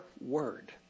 word